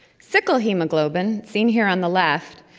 sickle hemoglobin, seen here on the left,